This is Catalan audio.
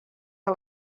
que